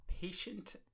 patient